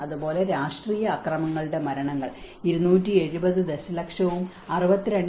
അതുപോലെ രാഷ്ട്രീയ അക്രമങ്ങളുടെ മരണങ്ങൾ 270 ദശലക്ഷവും 62